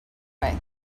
way